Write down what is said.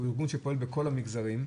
שהוא ארגון שעובד בכל המגזרים,